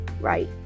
Right